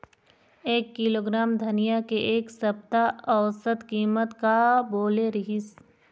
एक किलोग्राम धनिया के एक सप्ता औसत कीमत का बोले रीहिस?